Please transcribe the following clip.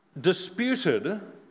disputed